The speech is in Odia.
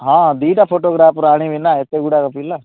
ହଁ ଦୁଇଟା ଫଟୋଗ୍ରାଫର ଆଣିବି ନା ଏତେ ଗୁଡ଼ାଏ ପିଲା